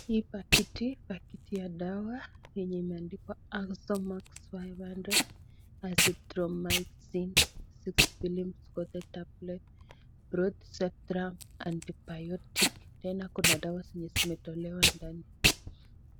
Hii pakiti, pakiti ya dawa yenye imeandikwa (cs) Axomax 500 azythromycin six filings for the tablet, broad spectrtum antibiotic (cs) tena kuna dawa zenye zimetolewa ndani.